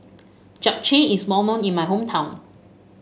Japchae is known in my hometown